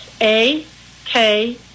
A-K